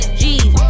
G's